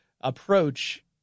approach